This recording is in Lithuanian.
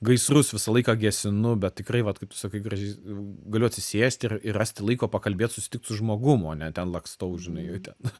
gaisrus visą laiką gesinu bet tikrai vat kaip tu sakai gražiai galiu atsisėsti ir ir rasti laiko pakalbėt susitikt su žmogum o ne ten lakstau žinai ten